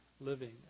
living